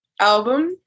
album